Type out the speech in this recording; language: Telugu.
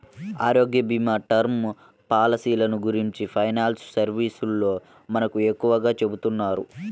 ఆరోగ్యభీమా, టర్మ్ పాలసీలను గురించి ఫైనాన్స్ సర్వీసోల్లు మనకు ఎక్కువగా చెబుతున్నారు